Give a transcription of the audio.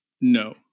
no